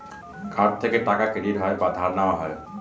card থেকে টাকা credit হয় বা ধার নেওয়া হয়